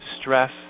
stress